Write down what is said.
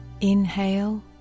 inhale